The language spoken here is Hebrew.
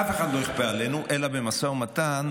אף אחד לא יכפה עלינו, אלא במשא ומתן.